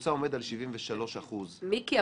הממוצע עומד על 73%. מיקי,